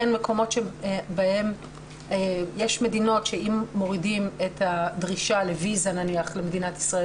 ויש מדינות שאם מורידים שם את הדרישה לקבלת אשרה למדינת ישראל,